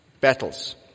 battles